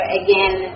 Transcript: again